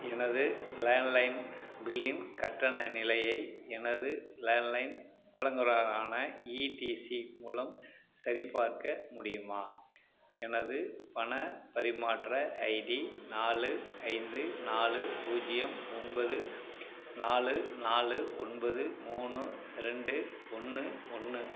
எனது லேண்ட்லைன் பில்லின் கட்டண நிலையை எனது லேண்ட்லைன் வலங்குநரான இடிசி மூலம் சரிபார்க்க முடியுமா எனது பணப் பரிமாற்ற ஐடி நாலு ஐந்து நாலு பூஜ்ஜியம் ஒன்பது நாலு நாலு ஒன்பது மூணு ரெண்டு ஒன்று ஒன்று